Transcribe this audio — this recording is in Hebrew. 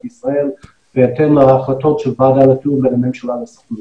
ישראל בהתאם להחלטות של הממשלה והסוכנות.